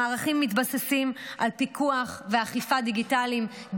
המערכים מתבססים על פיקוח ואכיפה דיגיטליים,